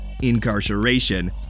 incarceration